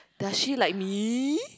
does she like me